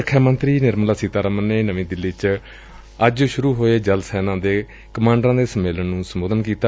ਰੱਖਿਆ ਮੰਤਰੀ ਨਿਰਮਲਾ ਸੀਤਾਰਮਨ ਨੇ ਨਵੀਂ ਦਿੱਲੀ ਚ ਅੱਜ ਸੁਰੂ ਹੋਏ ਜਲ ਸੇਨਾ ਦੇ ਕਮਾਂਡਰਾਂ ਦੇ ਸੰਮੇਲਨ ਨੂੰ ਸੰਬੋਧਨ ਕੀਤਾ